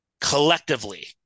collectively